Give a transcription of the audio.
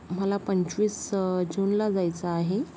मला पंचवीस जूनला जायचं आहे